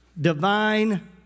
Divine